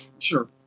Sure